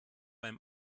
beim